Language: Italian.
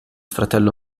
fratello